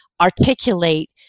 articulate